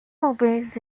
mauvais